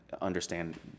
understand